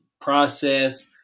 process